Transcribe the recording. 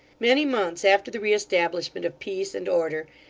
many months after the re-establishment of peace and order,